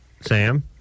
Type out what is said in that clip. Sam